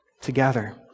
together